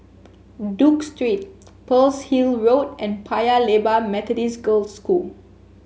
Duke Street Pearl's Hill Road and Paya Lebar Methodist Girls' School